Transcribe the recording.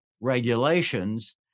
regulations